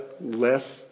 less